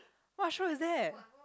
what show is that